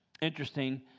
interesting